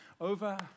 over